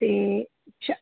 ते छ